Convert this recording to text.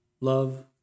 love